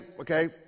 okay